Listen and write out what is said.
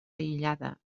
aïllada